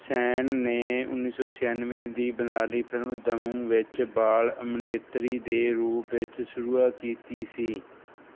ਸੇਨ ਨੇ ਉੱਨੀ ਸੌ ਛਿਆਨਵੇਂ ਦੀ ਬੰਗਾਲੀ ਫ਼ਿਲਮ ਦਾਮੂ ਵਿੱਚ ਬਾਲ ਅਭਿਨੇਤਰੀ ਦੇ ਰੂਪ ਵਿੱਚ ਸ਼ੁਰੂਆਤ ਕੀਤੀ ਸੀ